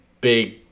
big